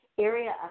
area